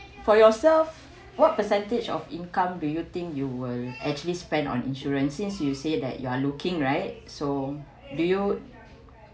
for yourself what percentage of income do you think you will actually spend on insurance since you say that you are looking right so do you